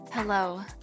Hello